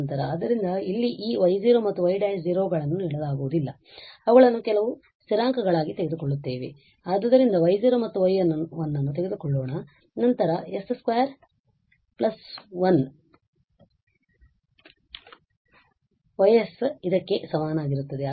ಆದ್ದರಿಂದ ಇಲ್ಲಿ ಈ y ಮತ್ತು y′ ಗಳನ್ನು ನೀಡಲಾಗುವುದಿಲ್ಲ ಆದ್ದರಿಂದ ನಾವು ಅವುಗಳನ್ನು ಕೆಲವು ಸ್ಥಿರಾಂಕಗಳಾಗಿ ತೆಗೆದುಕೊಳ್ಳುತ್ತೇವೆ ಆದ್ದರಿಂದ ಈ y0 ಮತ್ತು y1 ಅನ್ನು ತೆಗೆದುಕೊಳ್ಳೋಣ ಮತ್ತು ನಂತರ ನಾವು s 2 1 Y ಇದಕ್ಕೆ ಸಮನಾಗಿರುತ್ತದೆ